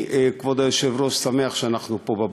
כבוד היושב-ראש, אני שמח שאנחנו פה בבוקר,